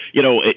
you know,